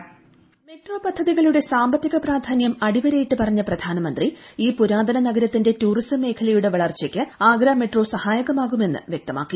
voice metro പദ്ധതികളുടെ സാമ്പത്തിക പ്രാധാന്യം അടിവരയിട്ട് പറഞ്ഞ പ്രധാനമന്ത്രി ഈ പൂരാതന നഗരത്തിന്റെ ടൂറിസം മേഖലയുടെ വളർച്ചയ്ക്ക് മെട്രോ സഹായകമാകുമെന്നു വ്യക്തമാക്കി